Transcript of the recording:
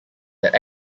that